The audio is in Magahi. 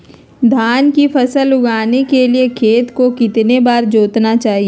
धान की फसल उगाने के लिए खेत को कितने बार जोतना चाइए?